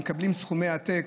והם מקבלים סכומי עתק,